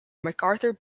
macarthur